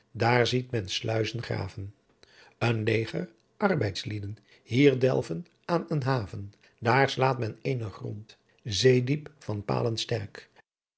daar ziet men sliuzen graven een leger arbeidsliên hier delven aan een haven daar slaat men eenen grondt zeediep van palen